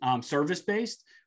service-based